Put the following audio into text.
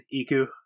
Iku